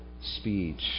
speech